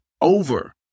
over